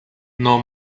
nor